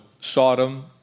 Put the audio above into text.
Sodom